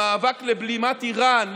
המאבק לבלימת איראן,